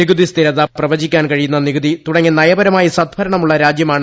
നികുതി സ്ഥിരത പ്രവചിക്കാൻ കഴിയുന്ന നികുതി തുടങ്ങി നയപരമായി സദ്ഭരണമുള്ള രാജ്യമാണ് ഇന്ത്യ